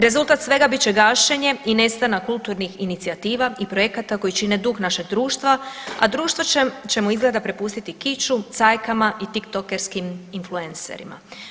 Rezultat svega bit će gašenje i nestanak kulturnih inicijativa i projekata koji čine duh našeg društva, a društvo ćemo izgleda prepustiti kiču, cajkama i Tik Tokerskim influenserima.